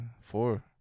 four